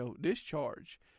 discharge